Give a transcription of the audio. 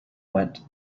went